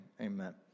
amen